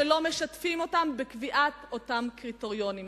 שלא משתפים אותם בקביעת אותם קריטריונים.